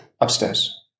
upstairs